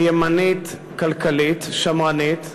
היא ימנית-כלכלית-שמרנית,